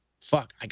fuck